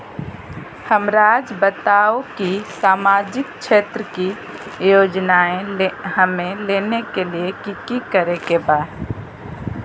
हमराज़ बताओ कि सामाजिक क्षेत्र की योजनाएं हमें लेने के लिए कि कि करे के बा?